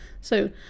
So-